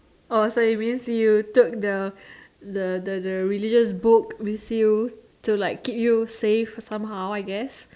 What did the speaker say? oh so it means you took the the the religious book with you to like keep you safe some how I guess